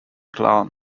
klan